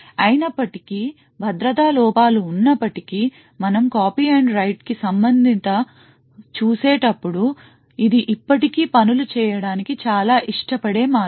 అయినప్పటి కీ భద్రతా లోపాలు ఉన్నప్పటికీ మనం copy and write కి సంబంధించి చూసేటప్పుడు ఇది ఇప్పటికీ పనులు చేయడానికి చాలా ఇష్ట పడే మార్గం